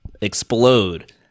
explode